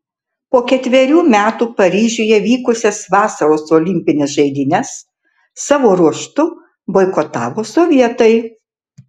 po ketverių metų paryžiuje vykusias vasaros olimpines žaidynes savo ruožtu boikotavo sovietai